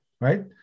right